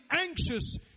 anxious